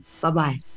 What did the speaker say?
Bye-bye